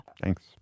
Thanks